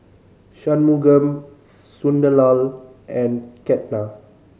Shunmugam Sunderlal and Ketna